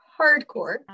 Hardcore